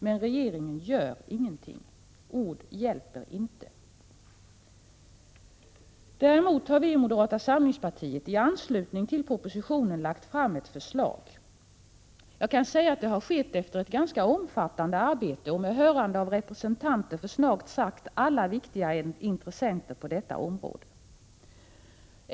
Men regeringen gör ingenting. Ord hjälper inte. Däremot har vi i moderata samlingspartiet i anslutning till propositionen lagt fram ett förslag. Jag kan säga att det skett efter ett ganska omfattande arbete och med hörande av representanter för snart sagt alla viktiga intressenter på detta område.